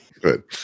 Good